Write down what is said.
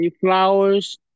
Flowers